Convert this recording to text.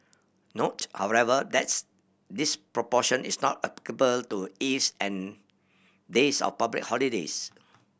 note however that's this proportion is not applicable to eves and days of public holidays